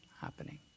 happening